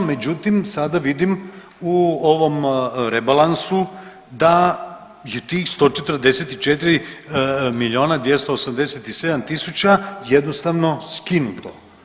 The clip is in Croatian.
Međutim, sada vidim u ovom rebalansu da je tih 144 milijuna 287 tisuća jednostavno skinuto.